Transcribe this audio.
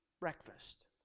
breakfast